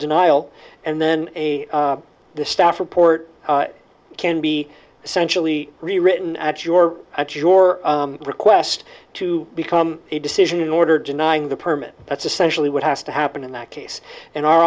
denial and then a the staff report can be essentially rewritten at your at your request to become a decision in order denying the permit that's essentially what has to happen in that case and our